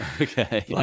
Okay